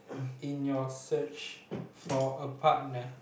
in your search for a partner